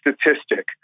statistic